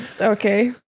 Okay